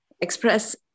express